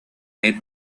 made